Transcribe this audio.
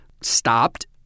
Stopped